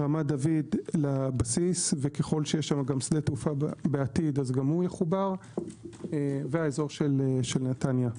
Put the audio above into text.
מעמד דוד לבסיס וככל שיש שדה תעופה בעתיד גם הוא יחובר והאזור של נתניה.